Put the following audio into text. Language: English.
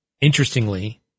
interestingly